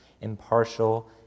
impartial